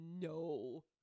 no